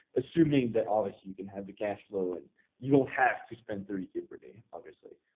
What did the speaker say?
assuming that obviously you can have the cash flow and you don't have to spend thirty k per day, obviously.